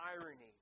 irony